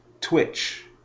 Twitch